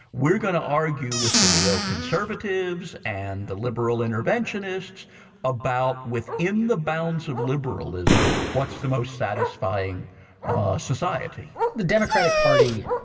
we're going to argue with the neo-conservatives and the liberal interventionists about within the bounds of liberalism, what's the most satisfying society. aaron democratic party